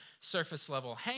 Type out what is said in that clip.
surface-level